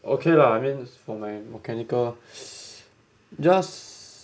okay lah I mean for my mechanical just